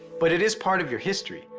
but it is part of your history.